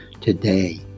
today